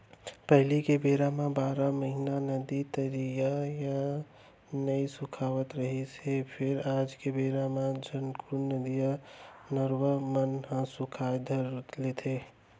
पहिली के बेरा म बारह महिना नदिया, तरिया ह नइ सुखावत रिहिस हे फेर आज के बेरा म झटकून नदिया, नरूवा मन ह सुखाय बर धर लेथे